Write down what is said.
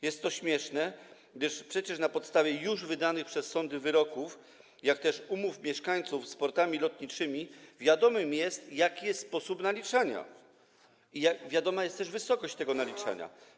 Jest to śmieszne, gdyż przecież na podstawie już wydanych przez sądy wyroków, jak też umów mieszkańców z portami lotniczymi, wiadomo, jaki jest sposób naliczania, i wiadoma jest też wysokość tego naliczania.